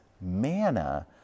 manna